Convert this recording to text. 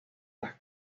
las